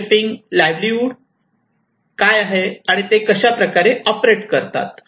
shaping livelihood काय आहे आणि ते कशा पद्धतीने ऑपरेट करतात